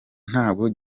ntabwo